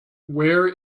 where